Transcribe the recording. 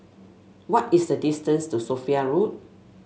what is the distance to Sophia Road